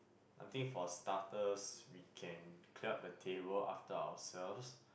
I think for starters we can clear up the table after ourselves